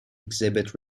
exhibit